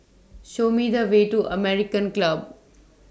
Show Me The Way to American Club